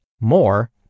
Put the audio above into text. more